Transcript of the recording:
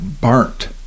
burnt